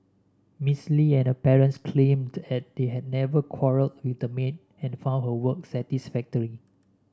Miss Li and her parents claimed that they had never quarrelled with the maid and found her work satisfactory